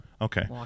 Okay